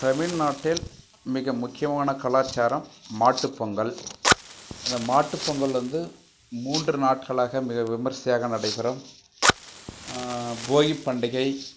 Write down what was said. தமிழ் நாட்டில் மிக முக்கியமான கலாச்சாரம் மாட்டுப் பொங்கல் இந்த மாட்டுப் பொங்கல் வந்து மூன்று நாட்களாக மிக விமர்சியாக நடைபெறும் போகிப்பண்டிகை